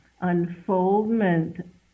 unfoldment